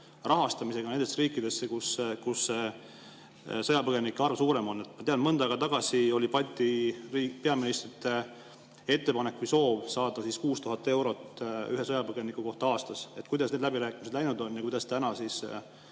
raha[toega] nendele riikidele, kus sõjapõgenike arv on suurem? Ma tean, et mõnda aega tagasi oli Balti peaministrite ettepanek või soov saada 6000 eurot ühe sõjapõgeniku kohta aastas. Kuidas need läbirääkimised läinud on ja kuidas praegu